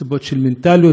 סיבות של מנטליות,